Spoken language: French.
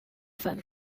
femme